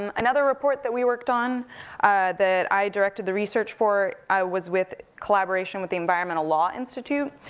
um another report that we worked on that i directed the research for, i was with collaboration with the environmental law institute.